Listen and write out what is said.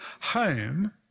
home